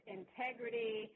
integrity